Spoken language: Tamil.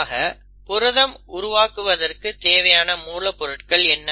ஆக புரதம் உருவாக்குவதற்கு தேவையான மூலப்பொருட்கள் என்ன